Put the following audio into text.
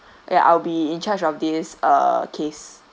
ya I'll be in charge of this uh case